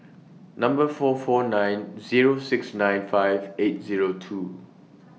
Number four four nine Zero six nine five eight Zero two